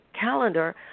calendar